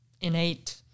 innate